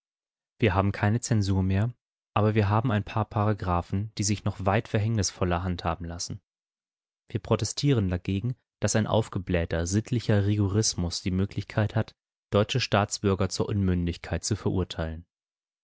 wir haben keine zensur mehr aber wir haben ein paar paragraphen die sich noch weit verhängnisvoller handhaben lassen wir protestieren dagegen daß ein aufgeblähter sittlicher rigorismus die möglichkeit hat deutsche staatsbürger zur unmündigkeit zu verurteilen